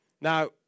Now